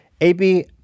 ab